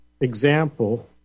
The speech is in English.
example